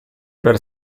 per